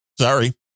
Sorry